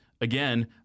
again